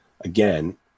again